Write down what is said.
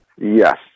Yes